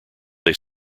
they